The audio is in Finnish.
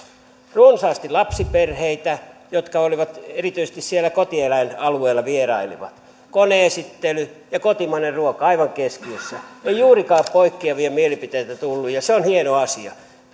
runsaasti lapsiperheitä jotka erityisesti siellä kotieläinalueella vierailivat kone esittely ja kotimainen ruoka aivan keskiössä ei juurikaan poikkeavia mielipiteitä tullut ja se on hieno asia